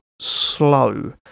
slow